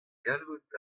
gallout